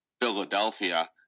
Philadelphia